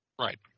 Right